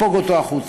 לספוג אותו החוצה.